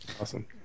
Awesome